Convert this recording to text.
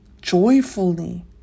joyfully